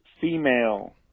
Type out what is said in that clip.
female